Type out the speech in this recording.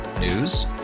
News